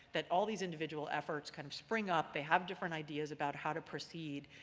that all these individual efforts kind of spring up, they have different ideas about how to proceed,